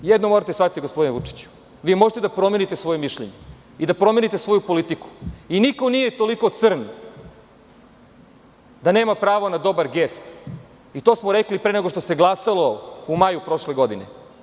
Jedno morate da shvatite, gospodine Vučiću, vi možete da promenite svoje mišljenje, i da promenite svoju politiku, i niko nije toliko crn, da nema pravo na dobar gest, i to smo rekli pre nego što se glasalo u maju prošle godine.